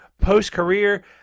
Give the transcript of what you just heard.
post-career